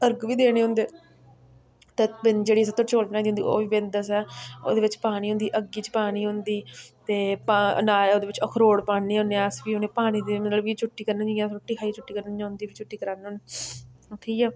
अर्ग बी देने होंदे ते जेह्ड़ी असें त्रचौली बनाई दी होंदी ओह् बी बिंद असें ओह्दे बिच्च पानी होंदी अग्गी बिच्च पानी होंदी ते नाल ओह्दे बिच्च अखरोट पान्ने होन्ने अस फ्ही उ'नें गी पानी देने होन्ने अस फ्ही अस चुटी कराने होन्ने जियां रुट्टी खाइयै चूटी करने होन्ने इ'यां चूटी करने होन्नें उंदी बी चूटी कराने ठीक ऐ